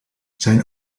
zijn